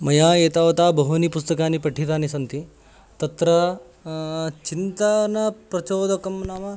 मया एतावता बहूनि पुस्तकानि पठितानि सन्ति तत्र चिन्ताप्रचोदकं नाम